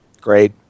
Great